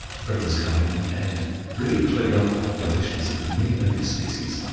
the predators come in and really clean up the populations of many native species.